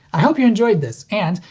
i hope you enjoyed this and,